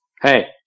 Hey